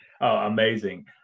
amazing